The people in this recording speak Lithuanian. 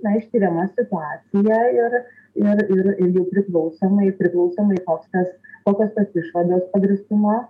na ištiriama situacija ir ir ir ir jau priklausomai priklausomai koks tas kokios tos išvados pagrįstumo